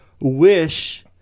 wish